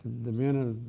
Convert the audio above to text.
the men and